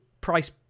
price